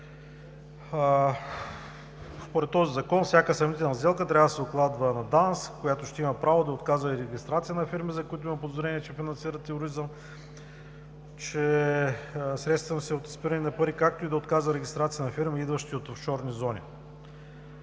Според този закон всяка съмнителна сделка трябва да се докладва на ДАНС, която ще има право да отказва регистрация на фирмите, за които има подозрение, че финансират тероризъм, че средствата са им от изпиране на пари, както и да отказва регистрация на фирми, идващи от офшорни зони.